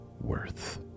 worth